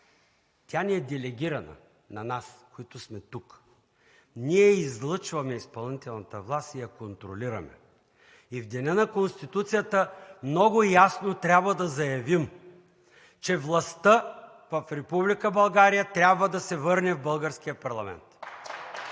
Тя ни е делегирана на нас, които сме тук. Ние излъчваме изпълнителната власт и я контролираме. В Деня на Конституцията много ясно трябва да заявим, че властта в Република България трябва да се върне в българския парламент.